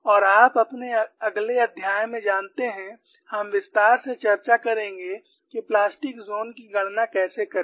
और आप अगले अध्याय में जानते हैं हम विस्तार से चर्चा करेंगे कि प्लास्टिक ज़ोन की गणना कैसे करें